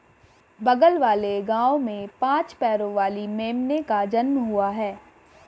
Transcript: बगल वाले गांव में पांच पैरों वाली मेमने का जन्म हुआ है